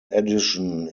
edition